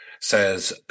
says